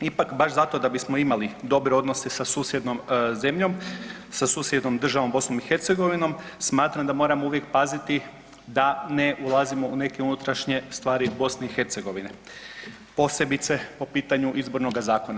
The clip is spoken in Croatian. Ipak baš zato da bismo imali dobre odnose sa susjednom zemljom, sa susjednom državom BiH smatramo da moramo uvijek paziti da ne ulazimo u neke unutrašnje stvari BiH, posebice po pitanju izbornoga zakona.